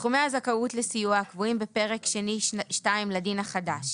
(2) סכומי הזכאות לסיוע הקבועים בפרק שני2 לדין החדש